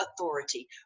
authority